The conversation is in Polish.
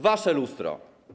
Wasze lustro.